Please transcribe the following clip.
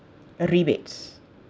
rebates